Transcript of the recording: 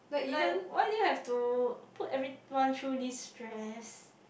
like why do you have to put everyone through this stress